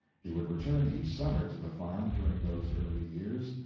he would return each summer to the farm during those early years.